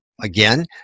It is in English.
again